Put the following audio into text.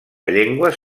llengües